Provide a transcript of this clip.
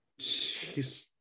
Jeez